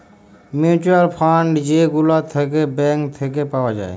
mutual fund যে গুলা থাক্যে ব্যাঙ্ক থাক্যে পাওয়া যায়